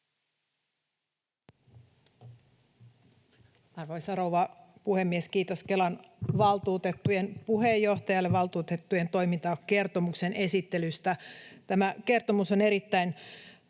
Arvoisa rouva puhemies! Kiitos Kelan valtuutettujen puheenjohtajalle valtuutettujen toimintakertomuksen esittelystä. Tämä kertomus on erittäin